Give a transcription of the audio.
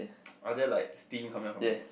are there like steam coming up from it